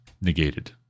negated